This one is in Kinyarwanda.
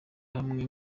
hamwe